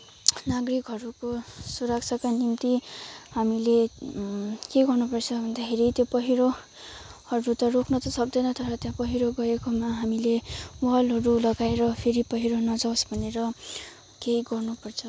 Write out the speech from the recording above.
नागरिकहरूको सुरक्षाको निम्ति हामीले के गर्नुपर्छ भन्दाखेरि त्यो पहिरोहरू रोक्नु त सक्दैन तर त्यो पहिरो गएकोमा हामीले वालहरू लगाएर फेरि पहिरो नजाओस् भनेर केही गर्नुपर्छ